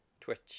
Twitch